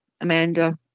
Amanda